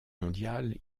mondiale